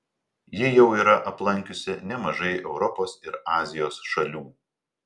ji jau yra aplankiusi nemažai europos ir azijos šalių